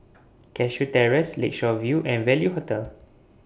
Cashew Terrace Lakeshore View and Value Hotel